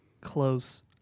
close